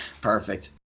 perfect